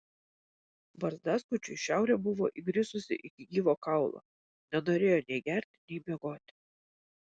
barzdaskučiui šiaurė buvo įgrisusi iki gyvo kaulo nenorėjo nei gerti nei miegoti